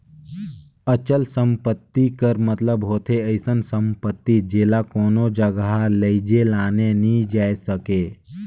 अचल संपत्ति कर मतलब होथे अइसन सम्पति जेला कोनो जगहा लेइजे लाने नी जाए सके